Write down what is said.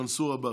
מנסור עבאס.